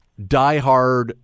diehard